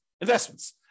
investments